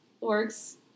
works